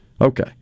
Okay